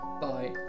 Bye